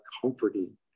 comforting